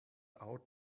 out